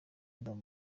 don